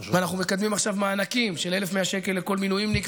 אנחנו מקדמים עכשיו מענקים של 1,100 שקל לכל מילואימניק,